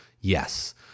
Yes